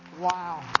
Wow